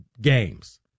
games